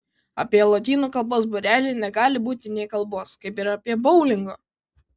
apie lotynų kalbos būrelį negali būti nė kalbos kaip ir apie boulingo